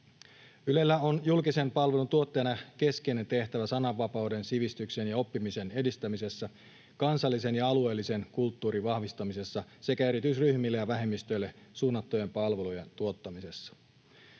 Ylellä on julkisen palvelun tuottajana keskeinen tehtävä sananvapauden, sivistyksen ja oppimisen edistämisessä, kansallisen ja alueellisen kulttuurin vahvistamisessa sekä erityisryhmille ja vähemmistöille suunnattujen palvelujen tuottamisessa.